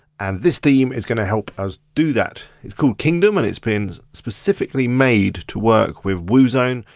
and this theme is gonna help us do that. it's called kingdom and it's been specifically made to work with woozone,